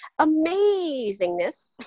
amazingness